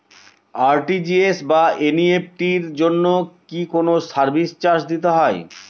RTGS বা NEFT এর জন্য কি কোনো সার্ভিস চার্জ দিতে হয়?